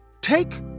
Take